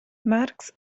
marx